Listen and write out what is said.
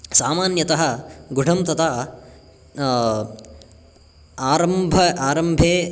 सामान्यतः गुडं तदा आरम्भे आरम्भे